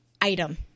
item